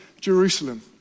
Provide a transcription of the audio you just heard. jerusalem